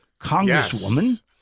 Congresswoman